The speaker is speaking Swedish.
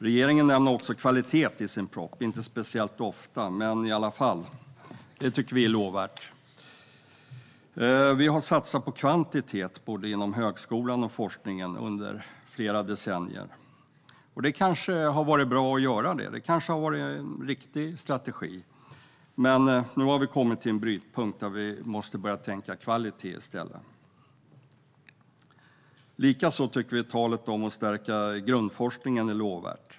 Regeringen nämner också kvalitet i sin proposition, inte speciellt ofta men i alla fall. Det är lovvärt. Det har under flera decennier satsats på kvantitet, både inom högskolan och forskningen. Det kanske har varit bra. Det kanske har varit en riktig strategi. Men nu har vi kommit till en brytpunkt där vi måste börja tänka på kvalitet i stället. Talet om att stärka grundforskningen är också lovvärt.